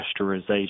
pasteurization